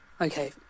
Okay